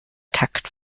takt